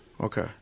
okay